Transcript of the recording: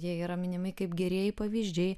jie yra minimi kaip gerieji pavyzdžiai